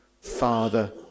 Father